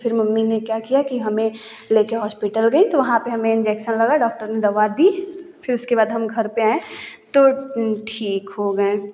फिर मम्मी ने क्या किया कि हमें ले कर हॉस्पिटल गई तो वहाँ पर हमें इंजेक्सन लगा डॉक्टर ने दवा दी फिर उसके बाद हम घर पर आए तो ठीक हो गए